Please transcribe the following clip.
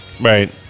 Right